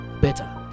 better